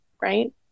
right